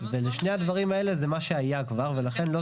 ולשני הדברים האלה זה מה שהיה כבר ולכן לא